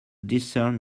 discern